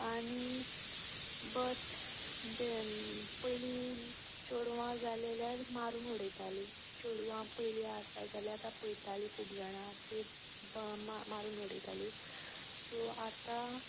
आनी बत जे पयलीं चेडवां जालीं जाल्यार मारून उडयताली चेडवां पयलीं आसा जाल्यार पयतालीं खूब जाणां आनी मारून उडयताली सो आतां